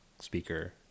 speaker